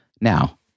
Now